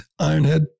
Ironhead